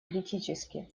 критически